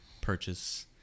purchase